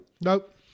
Nope